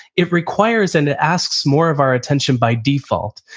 it requires and it asks more of our attention by default.